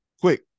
quick